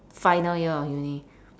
final year of uni